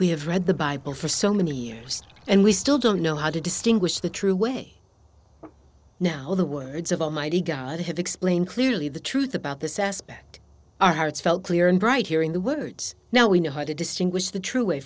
we have read the bible for so many years and we still don't know how to distinguish the true way now the words of almighty god have explained clearly the truth about this aspect our hearts felt clear and bright hearing the words now we know how to distinguish the true way